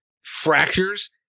fractures